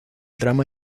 drama